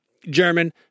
German